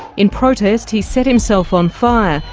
in protest he set himself on fire,